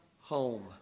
home